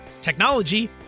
technology